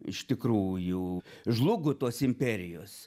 iš tikrųjų žlugo tos imperijos